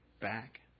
back